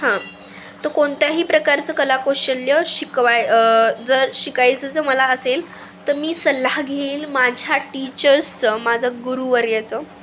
हां तर कोणत्याही प्रकारचं कलाकौशल्य शिकवाय जर शिकायचं जर मला असेल तर मी सल्ला घेईल माझ्या टीचर्सचं माझा गुरुवर्यचं